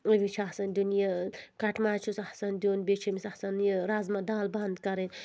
أمِس چھُ آسَان دیُن یہِ کٹہٕ ماز چھُس آسَان دیُن بیٚیہِ چھِ أمِس آسَان یہِ رزما دال بنٛد کَرٕنۍ